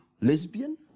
Lesbian